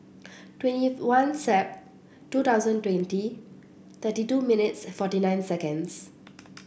twenty one Sep two thousand twenty thirty two minutes forty nine seconds